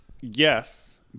yes